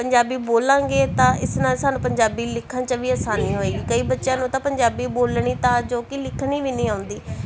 ਪੰਜਾਬੀ ਬੋਲਾਂਗੇ ਤਾਂ ਇਸ ਨਾਲ ਸਾਨੂੰ ਪੰਜਾਬੀ ਲਿਖਣ 'ਚ ਵੀ ਆਸਾਨੀ ਹੋਏਗੀ ਕਈ ਬੱਚਿਆਂ ਨੂੰ ਤਾਂ ਪੰਜਾਬੀ ਬੋਲਣੀ ਤਾਂ ਜੋ ਕਿ ਲਿਖਣੀ ਵੀ ਨਹੀਂ ਆਉਂਦੀ